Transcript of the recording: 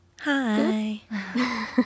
Hi